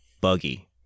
buggy